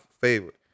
favorite